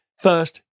first